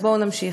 אז בואו נמשיך.